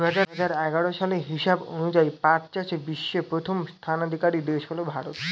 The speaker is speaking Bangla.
দুহাজার এগারো সালের হিসাব অনুযায়ী পাট চাষে বিশ্বে প্রথম স্থানাধিকারী দেশ হল ভারত